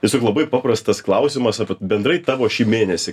tiesiog labai paprastas klausimas apie bendrai tavo šį mėnesį